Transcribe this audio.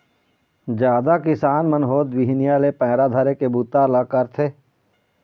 जादा किसान मन होत बिहनिया ले पैरा धरे के बूता ल करथे